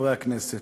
חברי הכנסת,